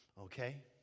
Okay